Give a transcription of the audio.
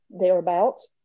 thereabouts